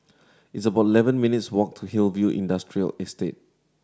it's about eleven minutes' walk to Hillview Industrial Estate